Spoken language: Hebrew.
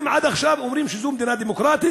ואתם עד עכשיו אומרים שזו מדינה דמוקרטית?